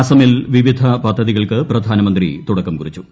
അസമിൽ വിവിധ പദ്ധതികൾക്ക് പ്രധാനമന്ത്രി തുടക്കം കുറിച്ചു